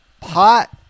pot